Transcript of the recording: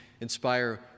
inspire